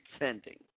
pretending